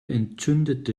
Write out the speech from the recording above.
entzündete